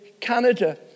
Canada